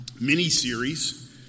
mini-series